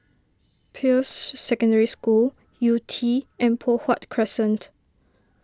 Peirce Secondary School Yew Tee and Poh Huat Crescent